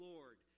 Lord